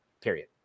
Period